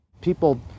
People